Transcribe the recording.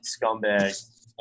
scumbag